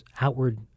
outward